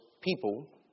people